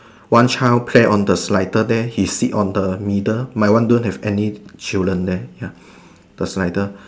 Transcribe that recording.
one child pair on the slider there he sit on the middle my one don't have any children there ya the slider